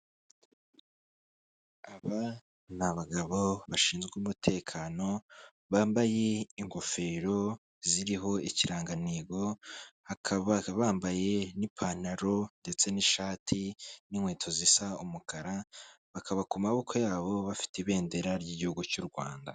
Aba ni abagabo bashinzwe umutekano, bambaye ingofero ziriho ikirangantego bakaba bambaye n'ipantaro ndetse n'ishati n'inkweto zisa umukara, bakaba ku maboko yabo bafite ibendera ry'igihugu cy'u Rwanda.